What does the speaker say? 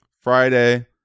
Friday